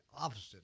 opposite